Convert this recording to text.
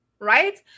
right